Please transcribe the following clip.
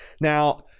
Now